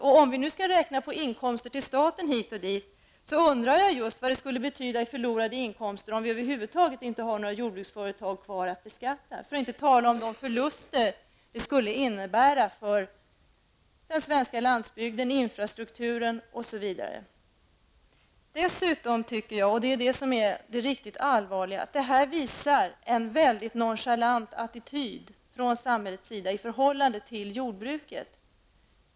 Skall vi nu räkna på inkomster till staten hit och dit, undrar jag just vad det skall betyda i förlorade inkomster om vi över huvud taget inte har några jordbruksföretag kvar att beskatta -- för att inte tala om de förluster det skulle innebära för den svenska landsbygden, infrastrukturen osv. Det riktigt allvarliga är att detta visar på en mycket nonchalant attityd från samhällets sida i förhållande till jordbruket.